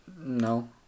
No